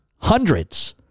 Hundreds